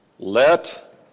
Let